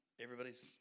Everybody's